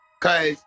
Cause